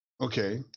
okay